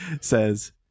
says